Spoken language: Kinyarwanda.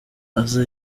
aza